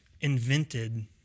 invented